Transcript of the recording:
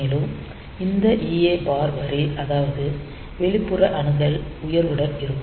மேலும் இந்த EA bar வரி அதாவது வெளிப்புற அணுகல் உயர்வுடன் இருக்கும்